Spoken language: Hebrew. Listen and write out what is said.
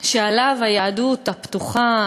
שעליו היהדות הפתוחה,